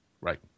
Right